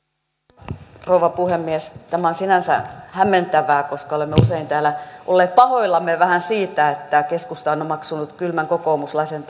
arvoisa rouva puhemies tämä on sinänsä hämmentävää koska olemme usein täällä olleet vähän pahoillamme siitä että keskusta on on omaksunut kylmän kokoomuslaisen